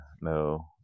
no